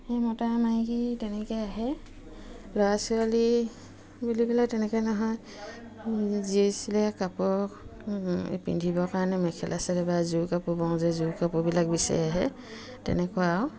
সেই মতা মাইকী তেনেকে আহে ল'ৰা ছোৱালী বুলিবলৈ তেনেকে নহয় কাপোৰ পিন্ধিবৰ কাৰণে মেখেলা চাদৰ বা যোৰ কাপোৰ বওঁ যে যোৰ কাপোৰবিলাক বিচাৰি আহে তেনেকুৱা আৰু